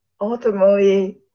ultimately